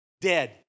dead